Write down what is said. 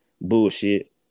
Bullshit